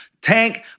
Tank